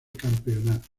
campeonato